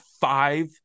five